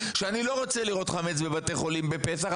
שאני לא רוצה לראות חמץ בבתי חולים בפסח,